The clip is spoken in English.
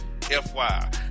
FY